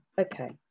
okay